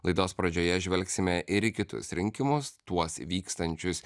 laidos pradžioje žvelgsime ir į kitus rinkimus tuos vykstančius